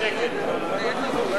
גברתי,